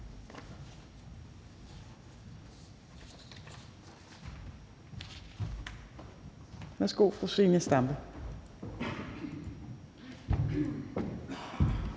Værsgo, fru Zenia Stampe.